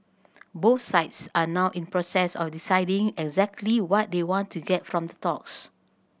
both sides are now in process of deciding exactly what they want to get from the talks